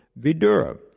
Vidura